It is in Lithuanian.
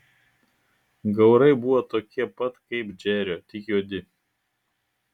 gaurai buvo tokie pat kaip džerio tik juodi